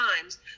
times